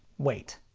wait.